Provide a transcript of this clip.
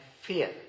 fear